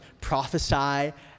prophesy